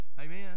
Amen